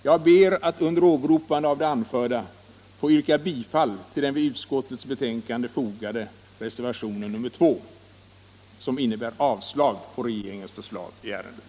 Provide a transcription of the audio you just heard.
Jag ber att under åberopande av det anförda få yrka bifall till den vid utskottets betänkande fogade reservationen 2, vilket innebär avslag på regeringens förslag i ärendet.